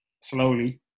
slowly